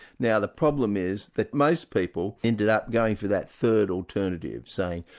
now the problem is that most people ended up going for that third alternative, saying,